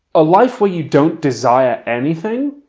a life where you don't desire anything.